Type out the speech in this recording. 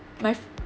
mu